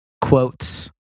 quotes